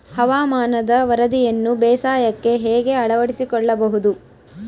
ಹವಾಮಾನದ ವರದಿಯನ್ನು ಬೇಸಾಯಕ್ಕೆ ಹೇಗೆ ಅಳವಡಿಸಿಕೊಳ್ಳಬಹುದು?